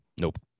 Nope